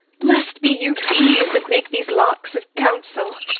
blest be you bees that make these locks of counsel!